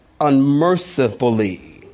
unmercifully